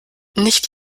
nicht